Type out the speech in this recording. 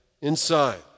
Inside